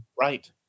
Right